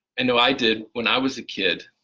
and know i did when i was a kid.